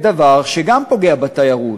גם זה דבר שפוגע בתיירות,